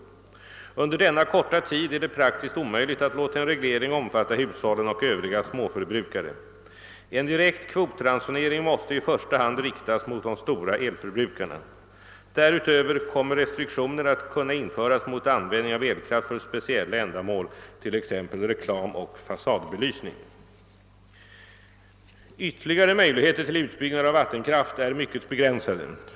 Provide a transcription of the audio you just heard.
Under denna korta tid är det praktiskt omöjligt att låta en reglering omfatta hushållen och övriga småförbrukare. En direkt kvotransonering måste i första hand riktas mot de stora elförbrukarna. Därutöver kommer restriktioner att kunna införas mot användning av elkraft för speciella ändamål, t.ex. reklamoch fasadbelysning. Ytterligare möjligheter till utbyggnad av vattenkraft är mycket begränsade.